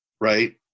right